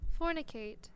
Fornicate